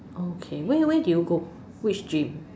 okay where where did you go which gym